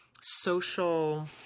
social